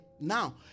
Now